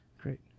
Great